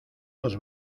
los